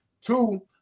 Two-